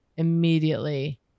Immediately